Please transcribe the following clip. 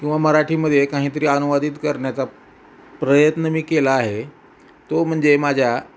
किंवा मराठीमध्ये काहीतरी अनुवादित करण्याचा प्रयत्न मी केला आहे तो म्हणजे माझ्या